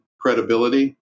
credibility